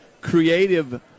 creative